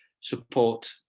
support